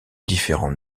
différents